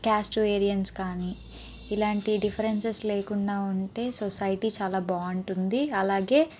caste variance కానీ ఇలాంటి differences లేకుండా ఉంటే సొసైటీ చాలా బాగుంటుంది అలాగే